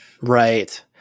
Right